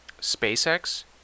SpaceX